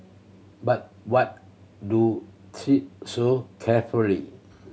but what do tread so carefully